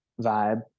vibe